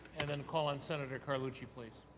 and then call on senator carlucci, please.